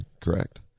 Correct